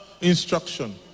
Instruction